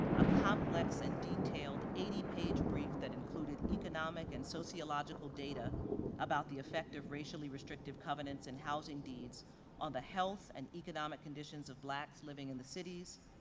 a complex and detailed eighty page brief that included economic and sociological data about the effect of racially restrictive covenants and housing deeds on the health and economic conditions of blacks living in the cities,